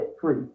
free